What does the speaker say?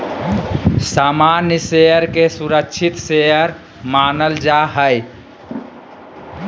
सामान्य शेयर के सुरक्षित शेयर मानल जा हय